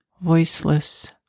voiceless